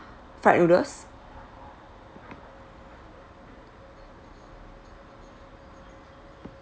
fried noodles